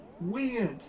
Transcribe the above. weird